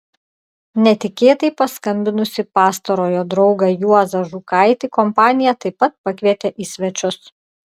netikėtai paskambinusį pastarojo draugą juozą žukaitį kompanija taip pat pakvietė į svečius